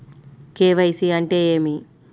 KYC అంటే ఏమి?